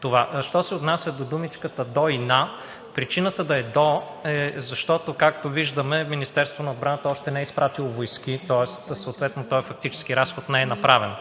това. Що се отнася до думичките „до“ и „на“, причината да е „до“ е, защото, както виждаме, Министерството на отбраната още не е изпратило войски, тоест съответно този фактически разход не е направен